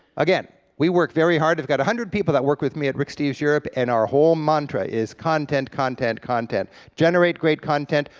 again, we work very hard, i've got one hundred people that work with me at rick steves europe, and our whole mantra is content, content, content, generate great content,